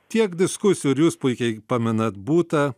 tiek diskusijų ir jūs puikiai pamenat būta